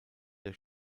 der